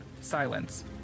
Silence